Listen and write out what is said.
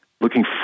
looking